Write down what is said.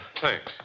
Thanks